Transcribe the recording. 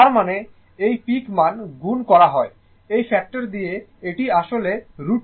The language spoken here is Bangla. তার মানে এই পিক মান গুণ করা হবে এই ফ্যাক্টর দিয়ে এটি আসলে √2